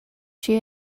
she